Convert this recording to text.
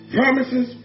promises